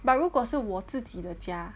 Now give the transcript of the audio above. but 如果是我自己的家